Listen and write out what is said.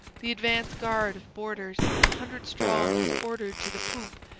the advance guard of boarders, a hundred strong, was ordered to the poop,